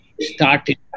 started